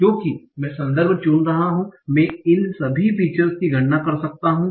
क्योंकि मैं संदर्भ चुन रहा हूं मैं इन सभी फीचर की गणना कर सकता हूं